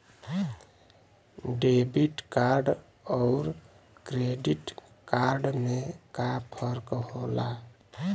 Debit card अउर credit card में का फर्क होला?